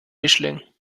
mischling